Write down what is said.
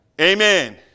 Amen